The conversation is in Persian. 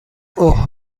اوه